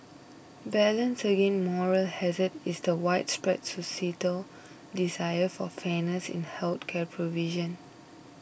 balanced against moral hazard is the widespread societal desire for fairness in health care provision